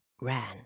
ran